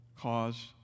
cause